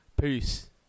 Peace